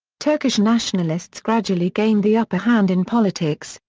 turkish nationalists gradually gained the upper hand in politics,